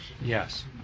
Yes